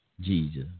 Jesus